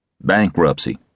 Bankruptcy